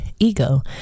ego